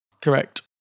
Correct